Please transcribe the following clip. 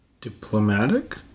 Diplomatic